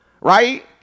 Right